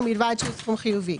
ובלבד שהוא סכום חיובי,